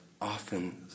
often